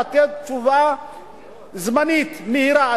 לתת תשובה זמנית מהירה.